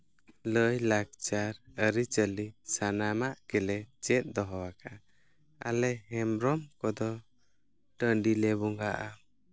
ᱞᱟᱹᱭᱼᱞᱟᱠᱪᱟᱨ ᱟᱹᱨᱤᱼᱪᱟᱹᱞᱤ ᱥᱟᱱᱟᱢᱟᱜ ᱜᱮᱞᱮ ᱪᱮᱫ ᱫᱚᱦᱚᱣᱟᱠᱟᱜᱼᱟ ᱟᱞᱮ ᱦᱮᱢᱵᱽᱨᱚᱢ ᱠᱚᱫᱚ ᱴᱟᱺᱰᱤᱞᱮ ᱵᱚᱸᱜᱟᱜᱼᱟ